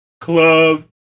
club